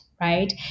right